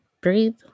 Breathe